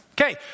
Okay